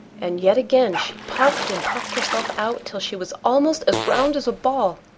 and yet again she puffed and puffed herself out till she was almost as round as a ball.